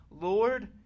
lord